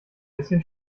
bisschen